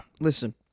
listen